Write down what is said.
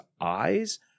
eyes